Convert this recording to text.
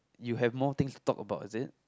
you have more things talk about is it